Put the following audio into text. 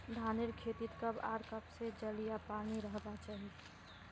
धानेर खेतीत कब आर कब से जल या पानी रहबा चही?